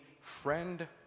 friend